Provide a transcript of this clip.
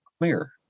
clear